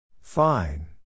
Fine